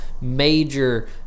Major